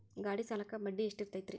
ಗಾಡಿ ಸಾಲಕ್ಕ ಬಡ್ಡಿ ಎಷ್ಟೈತ್ರಿ?